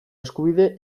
eskubide